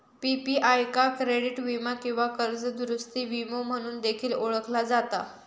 PPI का credit वीमा किंवा कर्ज दुरूस्ती विमो म्हणून देखील ओळखला जाता